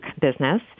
business